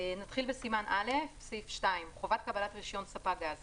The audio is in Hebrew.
נתחיל בסימן א', סעיף 2: חובת קבלת רישיון ספק גז